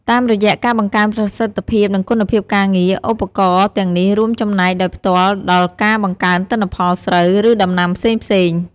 តាមរយៈការបង្កើនប្រសិទ្ធភាព និងគុណភាពការងារ ឧបករណ៍ទាំងនេះរួមចំណែកដោយផ្ទាល់ដល់ការបង្កើនទិន្នផលស្រូវ ឬដំណាំផ្សេងៗ។